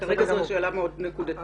כרגע זו שאלה מאוד נקודתית.